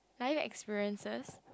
five experiences